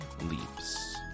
Leaps